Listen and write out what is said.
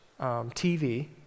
TV